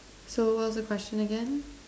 so what was the question again